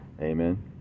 amen